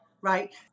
right